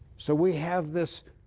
so we have this